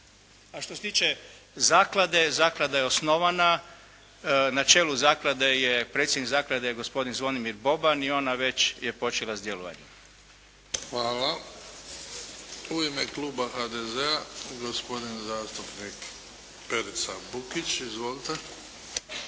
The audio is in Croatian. A što se tiče Zaklade Zaklada je osnovana. Na čelu Zaklade je, predsjednik Zaklade je gospodin Zvonimir Boban i ona već je počela s djelovanjem. **Bebić, Luka (HDZ)** Hvala. U ime Kluba HDZ-a gospodin zastupnik Perica Bukić. Izvolite.